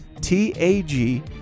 T-A-G